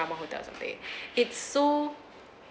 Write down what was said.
or something it's so